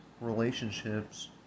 relationships